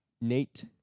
Nate